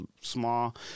small